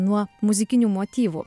nuo muzikinių motyvų